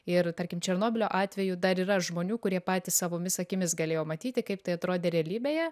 ir tarkim černobylio atveju dar yra žmonių kurie patys savomis akimis galėjo matyti kaip tai atrodė realybėje